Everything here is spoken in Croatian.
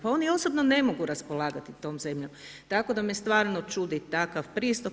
Pa oni osobno ne mogu raspolagati tom zemljom, tako da me stvarno čudi takav pristup.